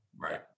Right